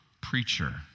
preacher